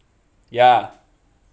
ya